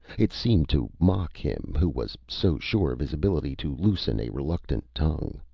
it seemed to mock him, who was so sure of his ability to loosen a reluctant tongue.